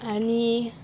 आनी